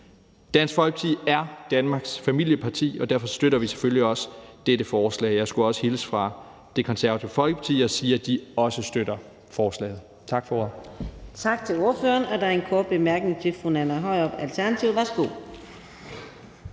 Dansk Folkeparti er Danmarks familieparti, og derfor støtter vi selvfølgelig også dette forslag. Jeg skulle også hilse fra Det Konservative Folkeparti og sige, at de også støtter forslaget. Tak for ordet.